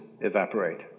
evaporate